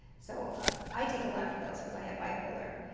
so i take a lot of pills because i have bipolar.